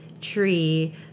tree